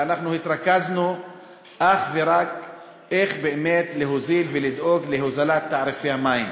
ואנחנו התרכזנו אך ורק באיך להוזיל ולדאוג להורדת תעריפי המים.